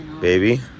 Baby